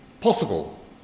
possible